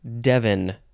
Devon